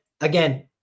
again